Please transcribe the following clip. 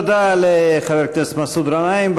תודה לחבר הכנסת מסעוד גנאים.